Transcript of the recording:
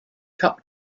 cup